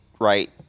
right